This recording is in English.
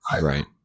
Right